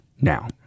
now